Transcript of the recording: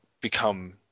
become